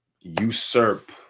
usurp